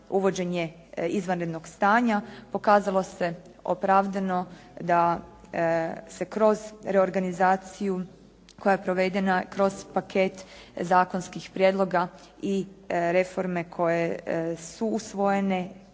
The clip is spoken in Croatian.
uvođenje izvanrednog stanja. Pokazalo se opravdano da se kroz reorganizaciju koja je provedena kroz paket zakonskih prijedloga i reforme koje su usvojene,